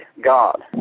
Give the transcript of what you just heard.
God